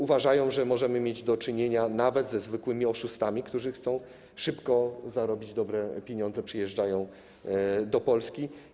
Uważają, że możemy mieć do czynienia nawet ze zwykłymi oszustami, którzy chcą szybko zarobić dobre pieniądze, przyjeżdżając do Polski.